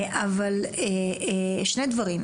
אבל שני דברים,